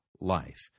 life